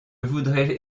voudrais